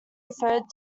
referred